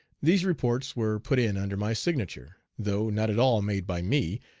these reports were put in under my signature, though not at all made by me,